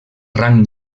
rang